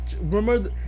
remember